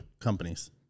companies